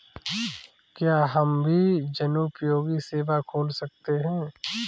क्या हम भी जनोपयोगी सेवा खोल सकते हैं?